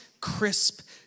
crisp